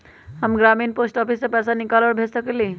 हम ग्रामीण post office से भी पैसा निकाल और भेज सकेली?